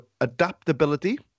adaptability